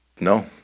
No